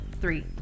Three